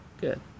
Good